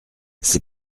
c’est